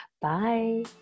Bye